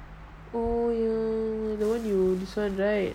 oh ya the one you use one right